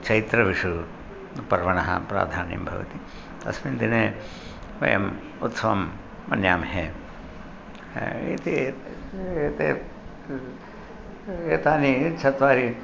चैत्रविशुपर्वणः प्राधान्यं भवति अस्मिन् दिने वयम् उत्सवं मन्यामहे इति एते एतानि चत्वारि